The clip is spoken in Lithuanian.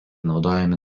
naudojami